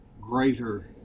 greater